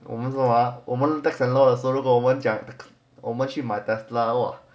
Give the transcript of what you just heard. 我们那时候啊我们 tax and law 如果我们讲我们去买 tesla !wah!